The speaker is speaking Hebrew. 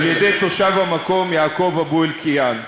על-ידי תושב המקום יעקוב אבו אלקיעאן.